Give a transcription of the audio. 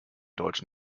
deutsch